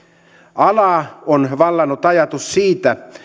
alaa on vallannut ajatus siitä